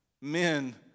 Men